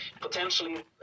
potentially